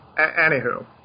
anywho